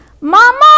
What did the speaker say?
Mama